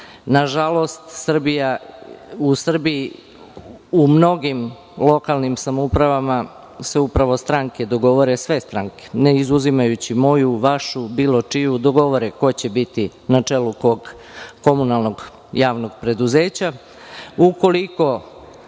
Nažalost, u Srbiji u mnogim lokalnim samoupravama se upravo stranke dogovore, sve stranke, ne izuzimajući moju, vašu, bilo čiju, dogovore ko će biti na čelu kog komunalnog javnog preduzeća.